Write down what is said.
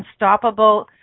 unstoppable